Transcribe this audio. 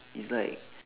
it's like